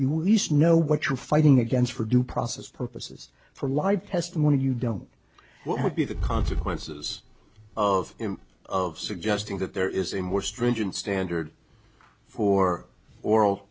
you know what you're fighting against for due process purposes for live testimony you don't what would be the consequences of of suggesting that there is a more stringent standard for oral